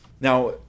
Now